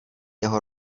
jeho